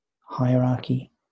hierarchy